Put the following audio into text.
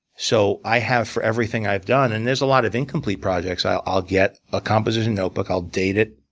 so i have, for everything i've done, and there's a lot of incomplete projects. i'll i'll get a composition notebook. i'll date it,